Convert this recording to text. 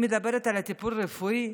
היא מדברת על טיפול רפואי,